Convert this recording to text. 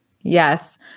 Yes